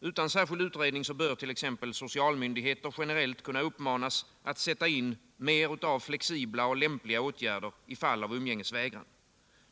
Utan särskild utredning bör t.ex. socialmyndigheter uppmanas att sätta in mer av flexibla och lämpliga åtgärder i fall av umgängesvägran.